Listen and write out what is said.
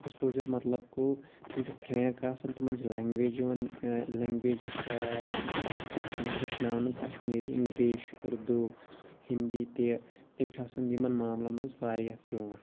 exposure مَطلَب گوٚو تِم چھِ پھرینٛک آسان تِمَن چھِ لینٛگویج یِوان لینٛگویج یِوان ہیٚچھناونہٕ کَشمیٖر اِنٛگلِش اردوٗ ہِندی تہِ تِم چھِ آسان یِمَن معاملَن مَنٛز واریاہ برونٛٹھ